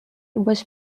was